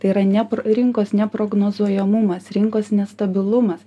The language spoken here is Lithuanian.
tai yra nepra rinkos neprognozuojamumas rinkos nestabilumas